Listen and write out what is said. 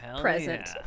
present